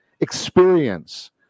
experience